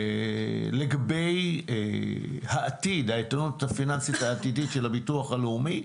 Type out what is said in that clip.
לגבי האיתנות הפיננסית העתידית של הביטוח הלאומי